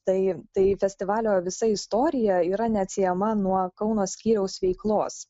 tai tai festivalio visa istorija yra neatsiejama nuo kauno skyriaus veiklos